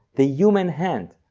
the human hand,